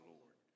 Lord